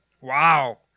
Wow